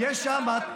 היית שר כלכלה מצוין.